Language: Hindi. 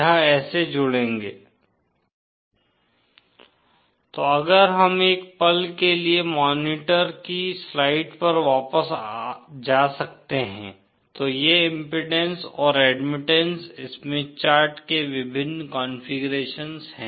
यह ऐसे जुड़ेंगे तो अगर हम एक पल के लिए मॉनिटर की स्लाइड पर वापस जा सकते हैं तो ये इम्पीडेन्स और एडमिटन्स स्मिथ चार्ट के विभिन्न कॉन्फ़िगरेशन्स हैं